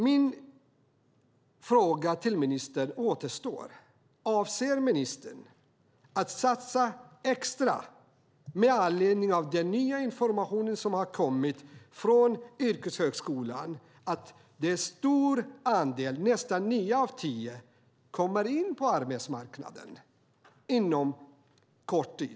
Min fråga till ministern återstår: Avser ministern att satsa extra med anledning av den nya information som har kommit från yrkeshögskolan om att en stor andel, nästan nio av tio, kommer in på arbetsmarknaden inom kort tid?